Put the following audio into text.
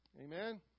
Amen